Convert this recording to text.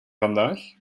vandaag